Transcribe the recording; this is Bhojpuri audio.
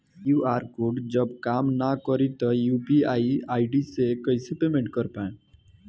क्यू.आर कोड जब काम ना करी त यू.पी.आई आई.डी से कइसे पेमेंट कर पाएम?